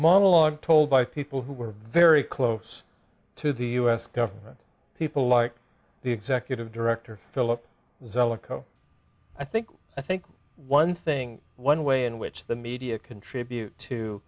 monologue told by people who were very close to the u s government people like the executive director philip zelikow i think i think one thing one way in which the media contribute to